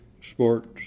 sports